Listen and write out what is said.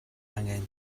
angen